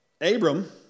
Abram